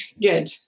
good